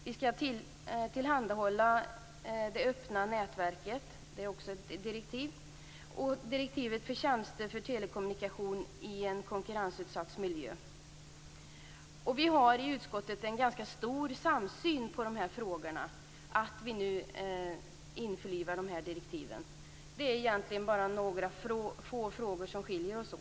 Vi skall tillhandahålla det öppna nätverket. Det är också ett direktiv. Och det handlar om direktivet för tjänster när det gäller telekommunikation i en konkurrensutsatt miljö. Det är en ganska stor samsyn i utskottet när det gäller dessa frågor och att vi nu införlivar de här direktiven. Det är egentligen bara några få frågor som skiljer oss åt.